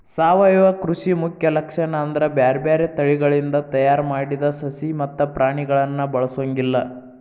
ಸಾವಯವ ಕೃಷಿ ಮುಖ್ಯ ಲಕ್ಷಣ ಅಂದ್ರ ಬ್ಯಾರ್ಬ್ಯಾರೇ ತಳಿಗಳಿಂದ ತಯಾರ್ ಮಾಡಿದ ಸಸಿ ಮತ್ತ ಪ್ರಾಣಿಗಳನ್ನ ಬಳಸೊಂಗಿಲ್ಲ